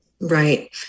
right